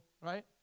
right